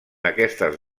aquestes